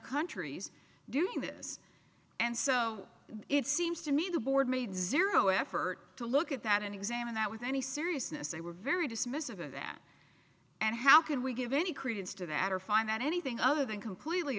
countries doing this and so it seems to me the board made zero effort to look at that and examine that with any seriousness they were very dismissive of that and how can we give any credence to that or find that anything other than completely